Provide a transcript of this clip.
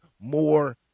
more